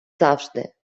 завжди